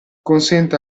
consente